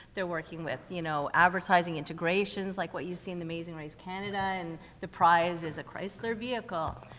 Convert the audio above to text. they're working with, you know, advertising integrations like what you see in amazing race canada and the prize is a chrysler vehicle.